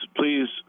please